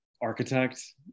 architect